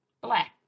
Black